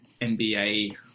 NBA